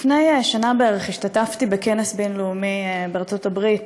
לפני שנה בערך השתתפתי בכנס בין-לאומי בארצות הברית